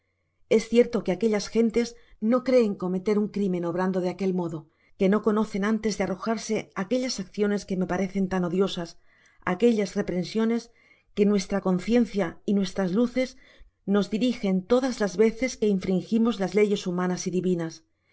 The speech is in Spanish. es cierto que aquellas gentes no creen cometer un crimen obrando de aquel modo que no conocen antes de arrojarse á aquellas acciones que me aparecen tan odiosas aquellas reprensiones que nuestra conciencia y nuestras luces nos dirijimos todas las veces que infringimos las leyes divinas